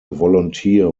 volunteer